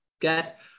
get